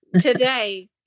Today